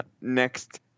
next